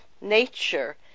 nature